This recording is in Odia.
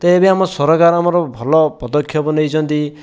ତ ଏବେ ଆମ ସରକାର ଆମର ଭଲ ପଦକ୍ଷେପ ନେଇଛନ୍ତି